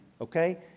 okay